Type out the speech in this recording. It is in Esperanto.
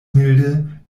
milde